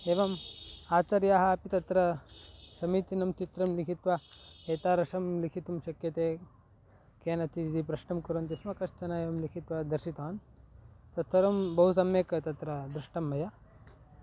एवम् आचार्याः अपि तत्र समीचीनं चित्रं लिखित्वा एतादृशं लिखितुं शक्यते केनचिद् इति प्रष्टुं कुर्वन्ति स्म कश्चन एवं लिखित्वा दर्शितवान् तत् सर्वं बहु सम्यक् तत्र दृष्टं मया